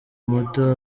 muto